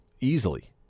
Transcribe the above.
Easily